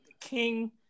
King